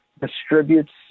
distributes